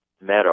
Meadow